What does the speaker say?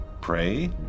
Pray